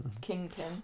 kingpin